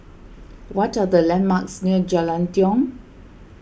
what are the landmarks near Jalan Tiong